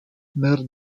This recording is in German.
mer